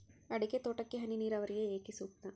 ಅಡಿಕೆ ತೋಟಕ್ಕೆ ಹನಿ ನೇರಾವರಿಯೇ ಏಕೆ ಸೂಕ್ತ?